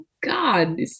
God